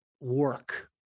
work